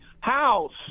House